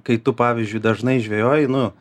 kai tu pavyzdžiui dažnai žvejoji nu